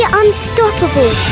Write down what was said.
unstoppable